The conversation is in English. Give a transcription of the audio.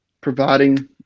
providing